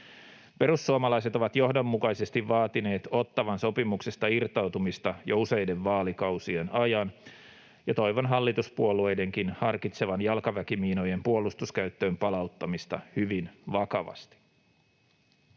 Perussuomalaiset ovat johdonmukaisesti vaatineet Ottawan sopimuksesta irtautumista jo useiden vaalikausien ajan, ja toivon hallituspuolueidenkin harkitsevan jalkaväkimiinojen puolustuskäyttöön palauttamista hyvin vakavasti.